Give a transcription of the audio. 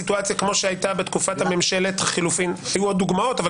סיטואציה כמו שהייתה בתקופת ממשלת החילופין של